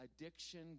addiction